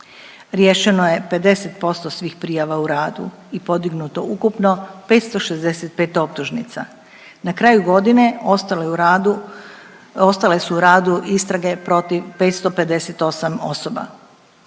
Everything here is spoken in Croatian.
Riješeno je 50% svih prijava u radu i podignuto ukupno 565 optužnica, na kraju godine ostalo je u radu, ostale su u radu istrage protiv 558 osoba.